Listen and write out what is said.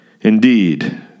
Indeed